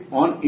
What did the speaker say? on